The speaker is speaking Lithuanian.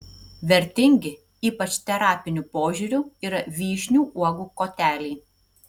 vertingi ypač terapiniu požiūriu yra vyšnių uogų koteliai